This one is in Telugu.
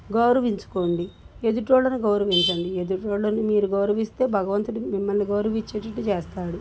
గౌరవించుకోండి ఎదుటోళ్ళను గౌరవించండి ఎదుటోళ్ళని మీరు గౌరవిస్తే భగవంతుడికి మిమ్మల్ని గౌరవిచ్చేటట్టు చేస్తాడు